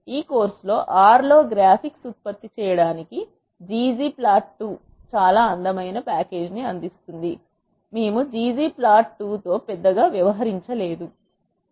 ఈ కోర్సులో R లో గ్రాఫిక్స్ ఉత్పత్తి చేయడానికి ggplot2 చాలా అందమైన ప్యాకేజీని అందిస్తుంది మేము ggplot2 తో పెద్దగా వ్యవహరించలేదు